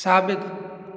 साबिक़ु